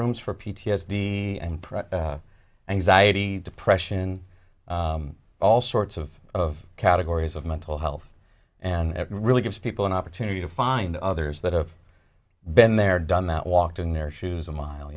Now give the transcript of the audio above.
rooms for p t s d and anxiety depression all sorts of categories of mental health and it really gives people an opportunity to find others that have been there done that walked in their shoes a mile